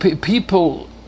people